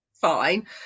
fine